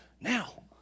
now